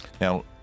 Now